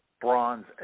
bronze